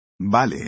Vale